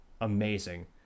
amazing